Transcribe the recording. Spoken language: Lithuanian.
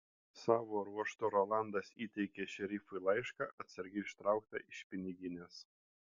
savo ruožtu rolandas įteikė šerifui laišką atsargiai ištrauktą iš piniginės